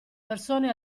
persone